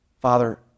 Father